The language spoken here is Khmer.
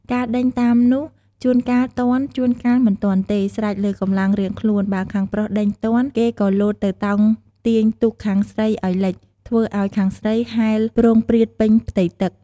ការដេញតាមនោះ ជួនកាលទាន់ ជួនកាលមិនទាន់ទេ ស្រេចលើកម្លាំងរៀងខ្លួន បើខាងប្រុសដេញទាន ក៏គេលោតទៅតោងទាញទូកខាងស្រីឲ្យលិច ធ្វើឲ្យខាងស្រីហែលព្រោងព្រាតពេញផ្ទៃទឹក។